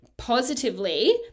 positively